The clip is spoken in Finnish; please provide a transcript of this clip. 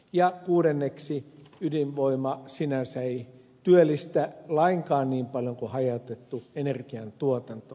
ja kuudenneksi ydinvoima sinänsä ei työllistä lainkaan niin paljon kuin hajautettu energian tuotanto